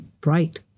bright